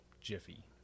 Jiffy